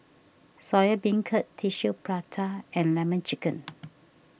Soya Beancurd Tissue Prata and Lemon Chicken